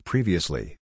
Previously